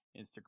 instagram